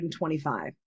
125